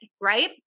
right